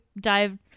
dive